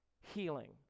healing